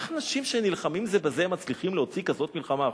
איך אנשים שנלחמים זה בזה מצליחים להוציא כזאת מלחמה החוצה?